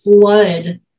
Flood